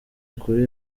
ukuri